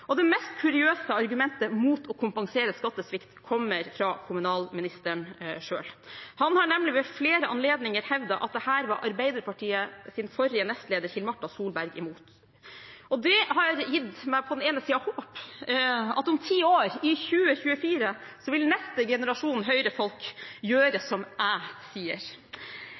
forstå. Det mest kuriøse argumentet mot å kompensere skattesvikt kommer fra kommunalministeren selv. Han har nemlig ved flere anledninger hevdet at dette var Arbeiderpartiets forrige nestleder, Hill-Marta Solberg, imot. Det har gitt meg håp om at om ti år – i 2024 – vil den neste generasjonen Høyre-folk gjøre som jeg sier!